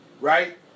right